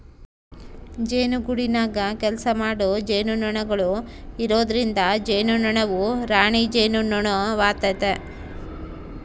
ಜೇನುಗೂಡಿನಗ ಕೆಲಸಮಾಡೊ ಜೇನುನೊಣಗಳು ಇರೊದ್ರಿಂದ ಜೇನುನೊಣವು ರಾಣಿ ಜೇನುನೊಣವಾತತೆ